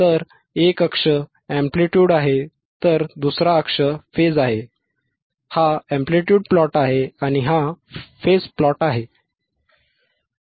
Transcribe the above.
तर एक अक्ष अॅम्प्लीट्यूड आहे दुसरा अक्ष फेज आहे हा अॅम्प्लीट्यूड प्लॉट आहे आणि हा फेज प्लॉट आहे